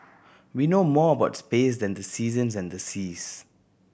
we know more about space than the seasons and the seas